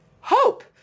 hope